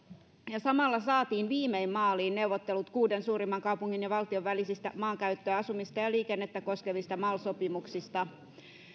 samalla saatiin viimein maaliin neuvottelut kuuden suurimman kaupungin ja valtion välisistä maankäyttöä asumista ja ja liikennettä koskevista mal sopimuksista